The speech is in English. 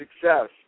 success